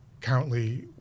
currently